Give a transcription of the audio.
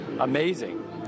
Amazing